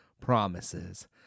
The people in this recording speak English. promises